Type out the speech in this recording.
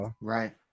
right